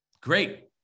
Great